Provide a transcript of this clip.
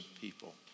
people